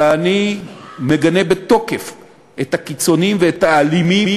אני מגנה בתוקף את הקיצונים ואת האלימים,